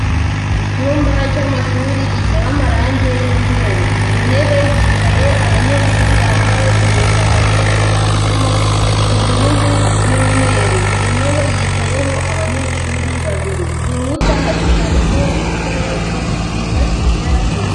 Icyumba cy'amashuri gitewe amarangi y'umweru, ku ntebe hicaye abanyeshuri bambaye impuzankano yiganjemo ubururu n'umweru, buri ntebe yicayeho abanyeshuri babiri, ku nkuta hashushanyijeho ibikoresho bifashisha biga.